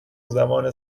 زمان